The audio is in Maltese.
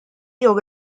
jew